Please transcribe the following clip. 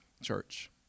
church